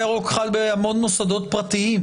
הם מתעלמים מהעובדה שהחוק הזה,